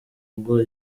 ubwo